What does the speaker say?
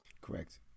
Correct